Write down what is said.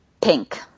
Pink